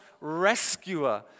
rescuer